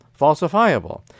falsifiable